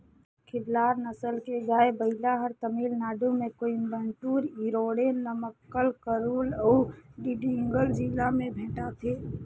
खिल्लार नसल के गाय, बइला हर तमिलनाडु में कोयम्बटूर, इरोडे, नमक्कल, करूल अउ डिंडिगल जिला में भेंटाथे